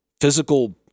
physical